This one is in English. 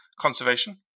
Conservation